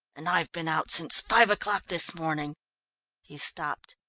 and i've been out since five o'clock this morning he stopped.